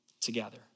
together